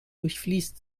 durchfließt